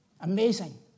Amazing